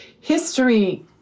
History